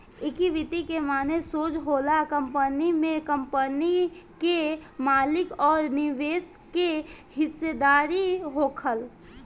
equity के माने सोज होला कंपनी में कंपनी के मालिक अउर निवेशक के हिस्सेदारी होखल